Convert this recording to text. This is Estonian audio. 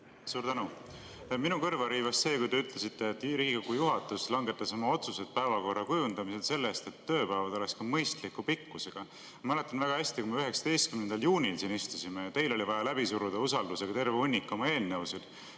Suur tänu! Minu kõrva riivas see, kui te ütlesite, et Riigikogu juhatus langetas oma otsused päevakorra kujundamisel sellest, et tööpäevad oleksid mõistliku pikkusega. Mäletan väga hästi, kui me 19. juunil siin istusime ja teil oli vaja läbi suruda usaldushääletusega terve hunnik oma eelnõusid,